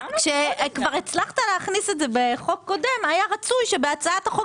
כשכבר הצלחת להכניס את זה בחוק קודם היה רצוי שבהצעת החוק